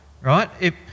right